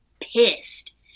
pissed